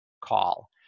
call